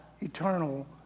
eternal